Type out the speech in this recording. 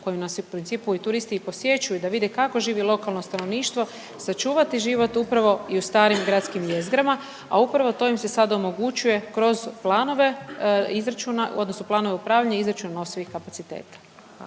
kojim nas u principu i turisti i posjećuju da vide kako živi lokalno stanovništvo, sačuvati život upravo i u starim gradskim jezgrama, a upravo to im se sad omogućuje kroz planove izračuna odnosno planove